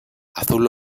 azul